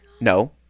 No